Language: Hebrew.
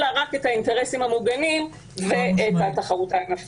אלא רק את האינטרסים המוגנים ואת התחרות הענפית.